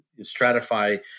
stratify